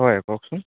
হয় কওকচোন